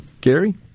Gary